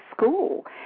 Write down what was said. school